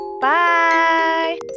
Bye